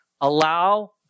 allow